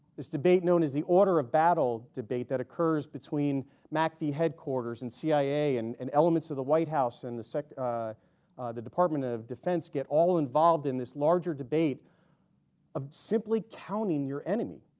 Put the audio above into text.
this debate known as the order of battle debate that occurs between mack v headquarters and cia and and elements of the white house and the sec the department of defense get all involved in this larger debate of simply counting your enemy